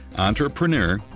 Entrepreneur